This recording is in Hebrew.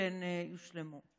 שהן יושלמו.